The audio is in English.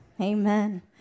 Amen